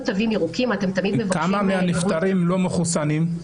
כמה מהנפטרים לא מחוסנים?